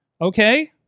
Okay